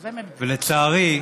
ולצערי,